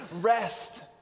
rest